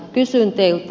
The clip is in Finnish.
kysyn teiltä